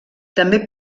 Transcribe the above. també